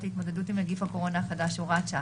להתמודדות עם נגיף הקורונה החדש (הוראת שעה)